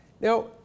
Now